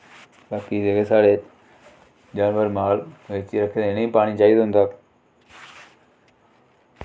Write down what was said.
बाकी जेह्के साढ़े जानवर माल इक इत्थै इ'नेंगी पानी चाहिदा होंदा